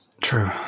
True